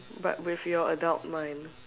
but with your adult mind